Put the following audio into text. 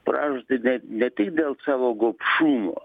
pražūtį ne tik dėl savo gobšumo